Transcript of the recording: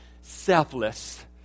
selfless